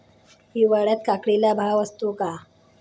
हिवाळ्यात काकडीला भाव असतो का?